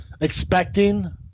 expecting